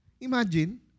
Imagine